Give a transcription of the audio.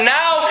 now